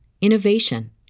innovation